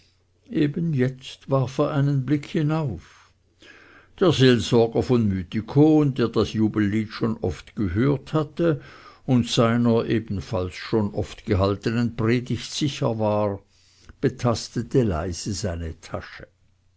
eben jetzt warf er einen blick hinauf der seelsorger von mythikon der das jubellied schon oft gehört hatte und seiner ebenfalls schon oft gehaltenen predigt sicher war betastete leise seine tasche